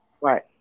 Right